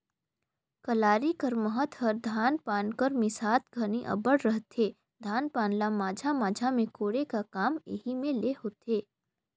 कलारी कर महत हर धान पान कर मिसात घनी अब्बड़ रहथे, धान पान ल माझा माझा मे कोड़े का काम एही मे ले होथे